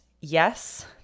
yes